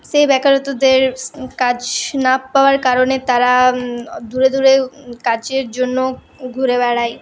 সেই বেকারত্বদের কাজ না পাওয়ার কারণে তারা দূরে দূরে কাজের জন্য ঘুরে বেড়ায়